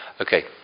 okay